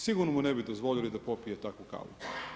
Sigurno mu ne bi dozvoli da popije takvu kavu.